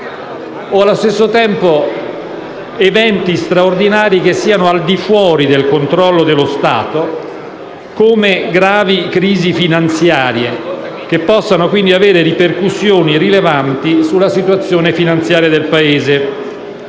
o, allo stesso tempo, eventi straordinari che siano al di fuori del controllo dello Stato, come gravi crisi finanziarie che possono aver ripercussioni rilevanti sulla situazione finanziaria del Paese.